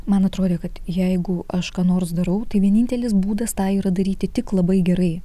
man atrodė kad jeigu aš ką nors darau tai vienintelis būdas tą yra daryti tik labai gerai